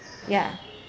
ya